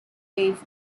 wave